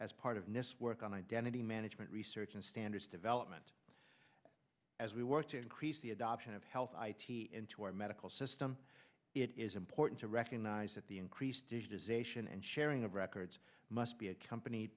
as part of miss work on identity management research and standards development as we work to increase the adoption of health i t into our medical system it is important to recognize that the increased digitization and sharing of records must be accompanied